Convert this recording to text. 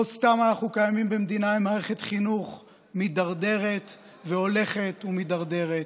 לא סתם אנחנו קיימים במדינה עם מערכת חינוך מידרדרת והולכת ומידרדרת,